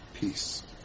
peace